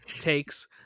takes